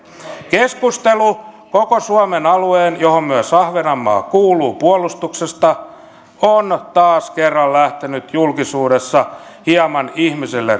keskustelu koko suomen alueen johon myös ahvenanmaa kuuluu puolustuksesta on taas kerran lähtenyt julkisuudessa hieman